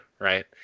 right